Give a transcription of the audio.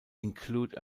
include